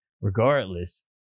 regardless